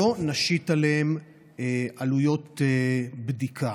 לא נשית עליהם עלויות בדיקה,